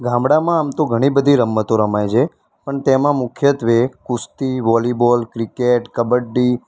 ગામડામાં આમ તો ઘણી બધી રમતો રમાય છે પણ તેમાં મુખ્યત્ત્વે કુસ્તી વૉલીબૉલ ક્રિકેટ કબડ્ડી